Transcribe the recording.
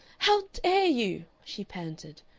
how dare you! she panted,